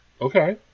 Okay